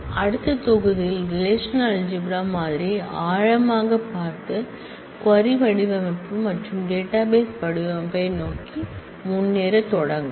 அடுத்த விரிவுரையில் relational algebra மாதிரியை ஆழமாகப் பார்த்து க்வரி டிசைன் மற்றும் டேட்டாபேஸ் டிசைன் நோக்கி முன்னேறத் தொடங்கும்